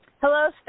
Hello